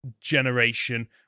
generation